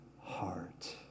heart